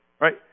right